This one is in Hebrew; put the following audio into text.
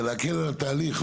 זה להקל על התהליך,